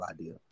idea